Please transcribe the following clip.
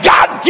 God